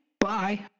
Bye